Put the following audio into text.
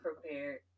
prepared